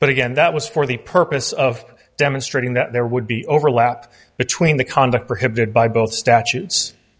but again that was for the purpose of demonstrating that there would be overlap between the conduct prohibited by both statutes